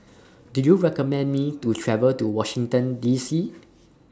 Do YOU recommend Me to travel to Washington D C